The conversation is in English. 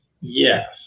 Yes